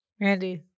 Randy